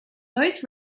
both